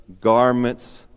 garments